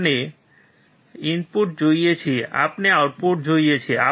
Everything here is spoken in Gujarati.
આપણે ઇનપુટ જોઈએ છીએ આપણે આઉટપુટ જોઈએ છીએ